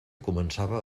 començava